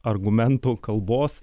argumentų kalbos